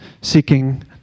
seeking